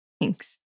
Thanks